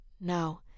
no